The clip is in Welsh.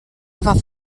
fath